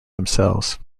themselves